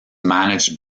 managed